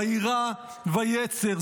"וירא --- ויצר".